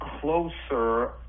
closer